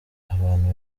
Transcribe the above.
abantu